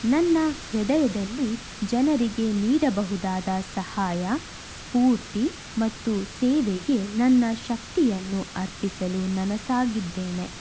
ನನ್ನ ಹೃದಯದಲ್ಲಿ ಜನರಿಗೆ ನೀಡಬಹುದಾದ ಸಹಾಯ ಸ್ಪೂರ್ತಿ ಮತ್ತು ಸೇವೆಗೆ ನನ್ನ ಶಕ್ತಿಯನ್ನು ಅರ್ಪಿಸಲು ನನಸಾಗಿದ್ದೇನೆ